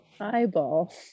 eyeball